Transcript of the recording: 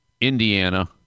Indiana